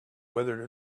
whether